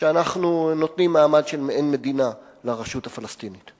שאנחנו נותנים מעמד של מעין מדינה לרשות הפלסטינית.